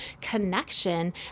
connection